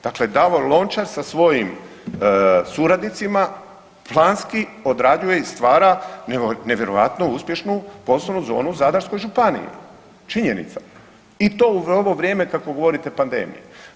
Dakle, Davor Lončar sa svojim suradnicima planski odrađuje i stvara nevjerojatno uspješnu poslovnu zonu u Zadarskoj županiji, činjenica i to u ovo vrijeme kako govorite pandemije.